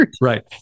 Right